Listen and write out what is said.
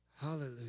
Hallelujah